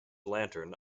lantern